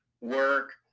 work